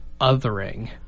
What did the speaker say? othering